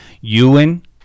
Ewan